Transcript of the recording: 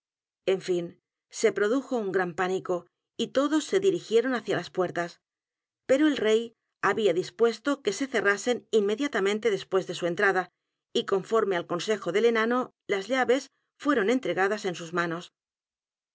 en fin se produjo un g r a n pánico y todos se dirigieron hacia las p u e r t a s pero el rey había dispuesto que se cerrasen inmediatamente despnés de su entrada y conforme al consejo del enano las llaves fueron entregadas en sus manos